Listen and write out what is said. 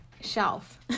shelf